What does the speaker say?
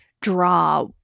draw